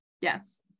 Yes